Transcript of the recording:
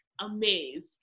amazed